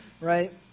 right